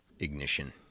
ignition